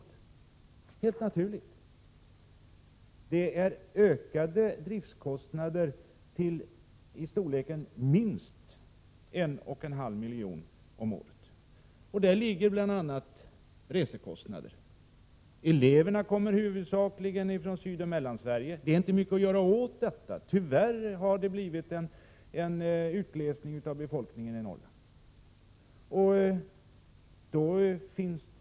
Det är helt naturligt, eftersom det rör sig om ökade driftskostnader i storleksordningen minst 1,5 milj.kr. om året. I dessa kostnader ingår bl.a. resekostnader. Eleverna kommer huvudsakligen från Sydoch Mellansverige, vilket inte är mycket att göra åt. Tyvärr har det blivit en utglesning av befolkningen i Norrland.